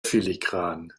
filigran